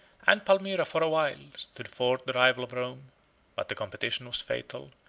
and palmyra, for a while, stood forth the rival of rome but the competition was fatal,